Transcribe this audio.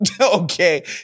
Okay